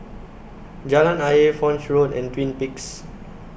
Jalan Ayer Foch Road and Twin Peaks